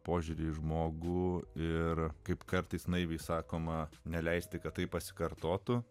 požiūrį į žmogų ir kaip kartais naiviai sakoma neleisti kad tai pasikartotų